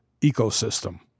ecosystem